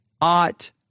ought